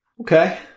okay